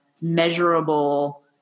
measurable